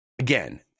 again